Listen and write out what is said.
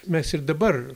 mes ir dabar